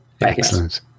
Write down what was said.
Excellent